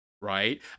Right